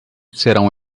serão